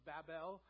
Babel